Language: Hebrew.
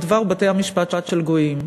בדבר בתי-המשפט של גויים.